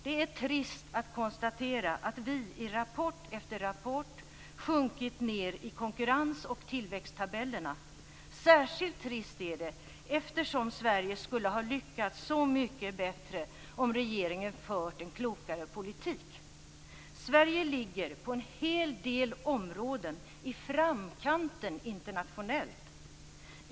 Det är trist att konstatera att vi i rapport efter rapport har sjunkit ned i konkurrens och tillväxttabellerna. Särskilt trist är det eftersom Sverige skulle ha lyckats så mycket bättre om regeringen hade fört en klokare politik. På en hel del områden ligger Sverige i framkanten internationellt.